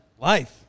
life